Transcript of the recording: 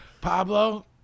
Pablo